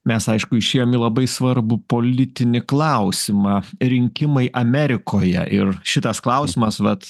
mes aišku išėjom į labai svarbų politinį klausimą rinkimai amerikoje ir šitas klausimas vat